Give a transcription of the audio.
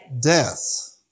death